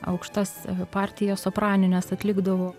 aukštas partijas sopranines atlikdavo